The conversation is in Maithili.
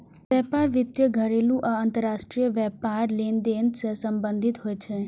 व्यापार वित्त घरेलू आ अंतरराष्ट्रीय व्यापार लेनदेन सं संबंधित होइ छै